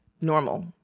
normal